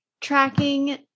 tracking